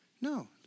No